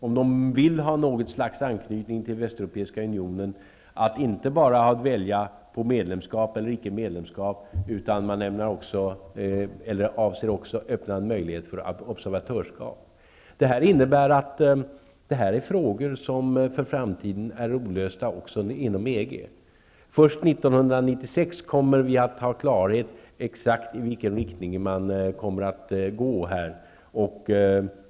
Om de vill ha något slags anknytning till Västeuropeiska unionen kan de inte bara välja mellan medlemskap eller icke medlemskap, utan de kan också välja observatörsskap. Dessa frågor är alltså olösta också inom EG. Först 1996 kommer vi att ha klarhet om i vilken riktning man kommer att gå.